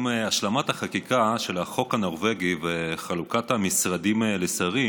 עם השלמת החקיקה של החוק הנורבגי וחלוקת המשרדים לשרים,